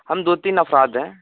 ہم دو تین افراد ہیں